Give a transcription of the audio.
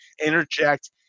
interject